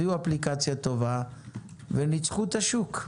הביאו אפליקציה טובה וניצחו את השוק,